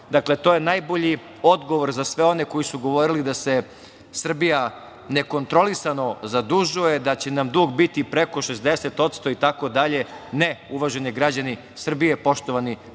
58,2%. To je najbolji odgovor za sve one koji su govorili da se Srbija nekontrolisano zadužuje, da će nam dug biti preko 60% itd. Ne, uvaženi građani Srbije, poštovani narodni